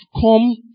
come